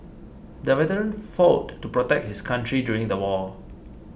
the veteran fought to protect his country during the war